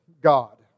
god